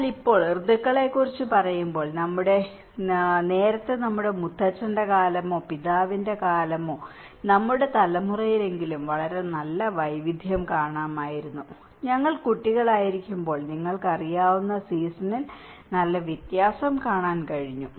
എന്നാൽ ഇപ്പോൾ ഋതുക്കളെ കുറിച്ച് പറയുമ്പോൾ നേരത്തെ നമ്മുടെ മുത്തച്ഛന്റെ കാലമോ പിതാവിന്റെ കാലമോ നമ്മുടെ തലമുറയിലെങ്കിലും വളരെ നല്ല വൈവിധ്യം കാണാമായിരുന്നു ഞങ്ങൾ കുട്ടികളായിരിക്കുമ്പോൾ നിങ്ങൾക്ക് അറിയാവുന്ന സീസണുകളിൽ നല്ല വ്യത്യാസം കാണാൻ കഴിഞ്ഞു